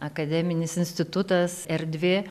akademinis institutas erdvė